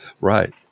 Right